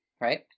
right